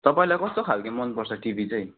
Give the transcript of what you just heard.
तपाईँलाई कस्तो खालके मनपर्छ टिभी चाहिँ